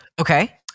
Okay